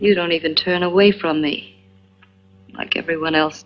you don't even turn away from me like everyone else